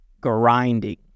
grinding